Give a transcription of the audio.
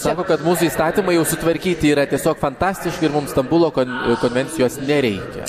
sako kad mūsų įstatymai jau sutvarkyti yra tiesiog fantastiškai ir mums stambulo kon konvencijos nereikia